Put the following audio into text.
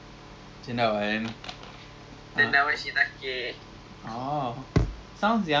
so okay kita ada banyak masa nak berbual apa boleh kita cakap ni eh mari kita